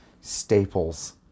staples